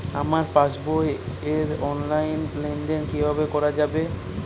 আমার পাসবই র অনলাইন লেনদেন কিভাবে করা যাবে?